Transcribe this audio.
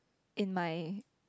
in my